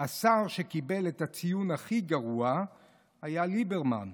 השר שקיבל את הציון הכי גרוע היה ליברמן,